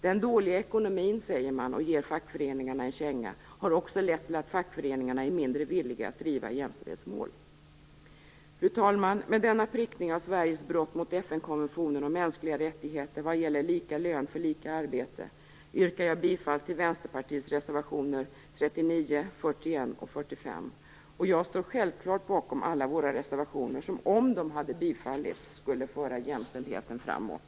Den dåliga ekonomin, säger man och ger fackföreningarna en känga, har också lett till att fackföreningar är mindre villiga att driva jämställdhetsmål. Fru talman! Med denna prickning av Sverige på grund av brott mot FN-konventionen om mänskliga rättigheter vad gäller lika lön för lika arbete yrkar jag bifall till Vänsterpartiets reservationer 39, 41 och 45. Jag står självklart bakom alla våra reservationer som, om de hade bifallits, skulle föra jämställdheten framåt.